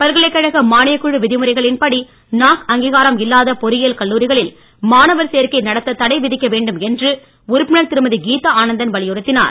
பல்கலைக்கழக மானியக்குழு விதிமுறைகளின்படி நாக் அங்கீகாரம் இல்லாத பொறியியல் கல்லூரிகளில் மாணவர் சேர்க்கை நடத்த தடை விதிக்க வேண்டும் என்று உறுப்பினர் திருமதி கீதா ஆனந்தன் வலியுறுத்தினார்